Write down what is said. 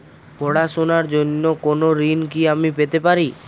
পড়াশোনা র জন্য কোনো ঋণ কি আমি পেতে পারি?